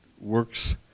works